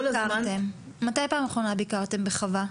מתי פעם אחרונה ביקרתם בחווה?